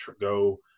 go